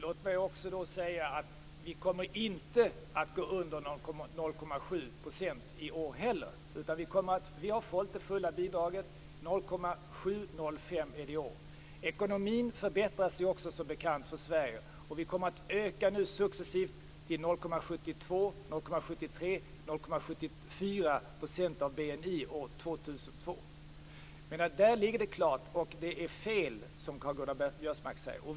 Fru talman! Vi kommer inte att gå under 0,7 % i år heller. Vi har fått det fulla bidraget. 0,705 är det i år. Ekonomin förbättras ju också som bekant för Sverige. Vi kommer att successivt öka till 0,72 %, 0,73 % och 0,74 % av BNI år 2002. Där ligger det klart. Det som Karl-Göran Biörsmark säger är fel.